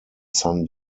san